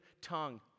tongue